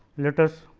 let us